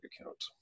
account